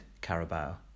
Carabao